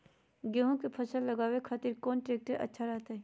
गेहूं के फसल लगावे खातिर कौन ट्रेक्टर अच्छा रहतय?